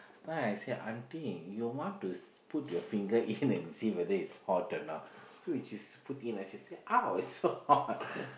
then I said auntie you want to put your finger to see and whether it's hot or not so she put in and she said !ouch! it's so hot